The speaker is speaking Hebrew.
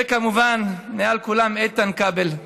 וכמובן, מעל כולם, לאיתן כבל.